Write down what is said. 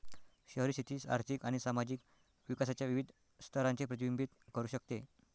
शहरी शेती आर्थिक आणि सामाजिक विकासाच्या विविध स्तरांचे प्रतिबिंबित करू शकते